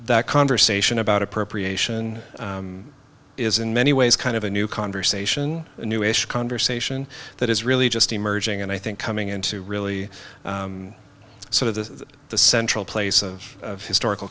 that conversation about appropriation is in many ways kind of a new conversation a new ish conversation that is really just emerging and i think coming into really sort of the the central place of historical